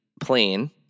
plane